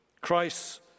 Christ